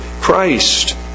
Christ